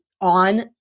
on